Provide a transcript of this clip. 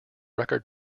record